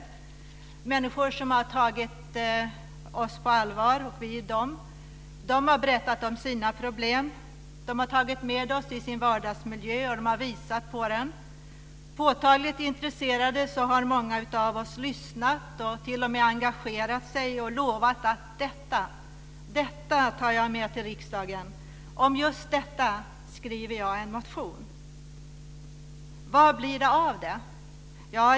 Det är människor som har tagit oss på allvar och vi dem. De har berättat om sina problem, och de har visat oss deras vardagsmiljö. Många av oss har lyssnat påtagligt intresserade och t.o.m. engagerat oss och lovat att ta med oss detta till riksdagen; om just detta ska vi väcka en motion. Vad blir det av motionen?